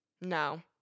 No